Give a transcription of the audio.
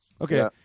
Okay